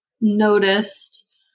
noticed